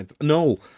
No